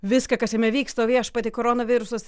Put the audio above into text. viską kas jame vyksta o viešpatie koronavirusas